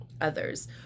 others